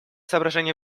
соображения